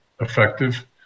effective